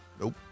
Nope